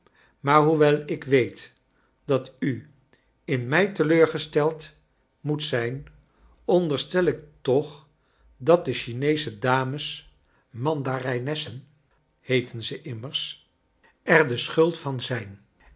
maar hoewel ik weet dat u in mij teleurgesteld moet zijn ondcrstel ik toch dat de chineesche dames mandarijnessen heeten ve immers charles dickens er de schuld van zijn